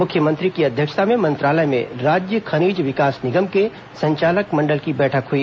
मुख्यमंत्री की अध्यक्षता में मंत्रालय में राज्य खनिज विकास निगम के संचालक मण्डल की बैठक हुई